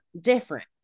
different